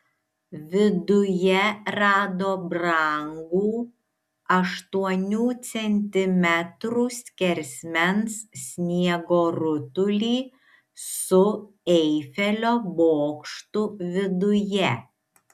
viduje rado brangų aštuonių centimetrų skersmens sniego rutulį su eifelio bokštu viduje